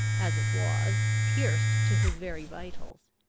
as it was, pierced to his very vitals.